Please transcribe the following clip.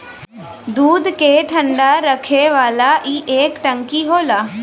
दूध के ठंडा रखे वाला ई एक टंकी होला